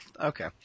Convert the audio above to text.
Okay